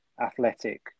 athletic